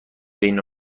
بین